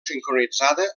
sincronitzada